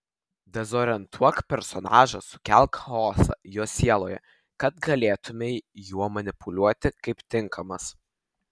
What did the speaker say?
dezorientuok personažą sukelk chaosą jo sieloje kad galėtumei juo manipuliuoti kaip tinkamas